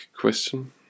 question